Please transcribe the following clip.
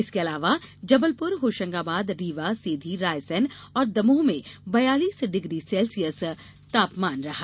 इसके अलावा जबलपुर होशंगाबाद रीवा सीधी रायसेन और दमोह में बयालीस डिग्री सेल्सियस तापमान रहा